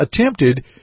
attempted